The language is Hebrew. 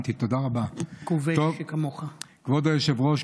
כבוד היושב-ראש,